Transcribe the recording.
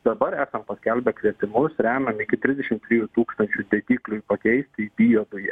dabar esam paskelbę kvietimus remiam iki trisdešim trijų tūkstančių degiklių pakeisti į biodujas